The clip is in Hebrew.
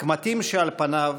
הקמטים שעל פניו